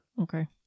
Okay